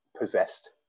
possessed